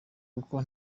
kuko